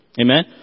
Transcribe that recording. Amen